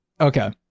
Okay